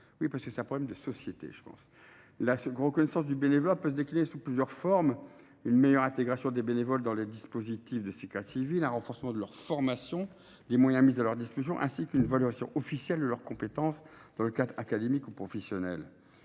crois, d’une question de société. La reconnaissance du bénévolat peut se décliner sous plusieurs formes : une meilleure intégration des bénévoles dans les dispositifs de ce cadre civil ; un renforcement de leur formation et des moyens mis à leur distribution ; une valorisation officielle de leurs compétences dans le cadre académique ou professionnel.